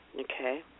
Okay